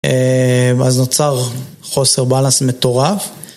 ואז נוצר חוסר באלאנס מטורף.